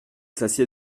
s’assied